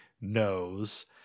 knows